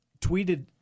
tweeted